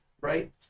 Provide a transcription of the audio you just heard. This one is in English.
right